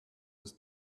was